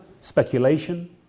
speculation